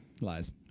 Lies